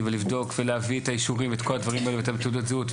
ולבדוק ולהביא את האישורים ואת התעודות זהות,